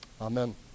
Amen